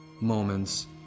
moments